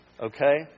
Okay